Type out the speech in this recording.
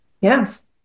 yes